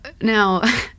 Now